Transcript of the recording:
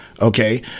Okay